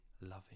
loving